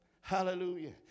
hallelujah